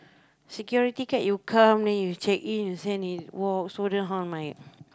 security card you come then you check in you stand and walk so then how am I